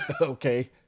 okay